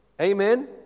Amen